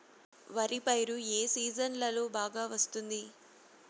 వరి పైరు ఏ సీజన్లలో బాగా వస్తుంది